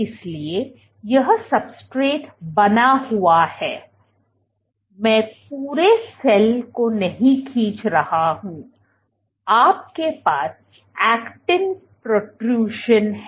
इसलिए यह सब्सट्रेट बना हुआ है मैं पूरे सेल को नहीं खींच रहा हूंआपके पास ऐक्टिन पॊ़ट्रट्यूशन है